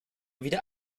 wieder